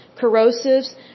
corrosives